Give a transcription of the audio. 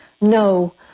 No